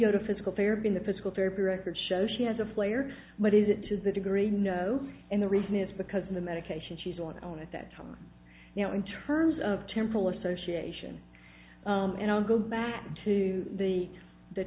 go to physical therapy in the physical therapy records show she has a flare but is it to the degree no and the reason is because of the medication she's on her own at that time you know in terms of temporal association and i'll go back to the the